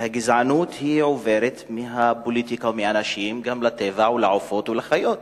שהגזענות עוברת מהפוליטיקה או מאנשים גם לטבע או לעופות או לחיות.